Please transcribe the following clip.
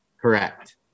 Correct